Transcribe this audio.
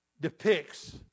depicts